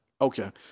Okay